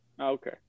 okay